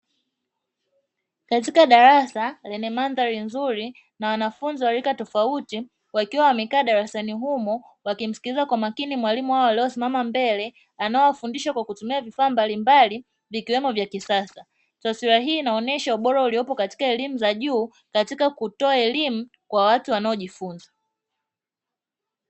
Katika darasa lenye mandhari nzuri na wanafunzi warika tofauti wakiwa wamekaa darasani humo. Wakimsikiliza kwa makini mwalimu aliyesimama mbele anayewafundisha kwa kutumia vifaa mbalimbali vikiwemo vya kisasa. Taswira hii inaonyesha ubora uliopo katika elimu ya juu katika watu kujifunza.